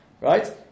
right